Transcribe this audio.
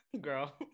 girl